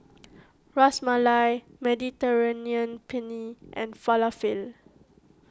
Ras Malai Mediterranean Penne and Falafel